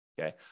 okay